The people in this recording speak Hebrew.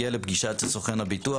הגיע לפגישת סוכן הביטוח,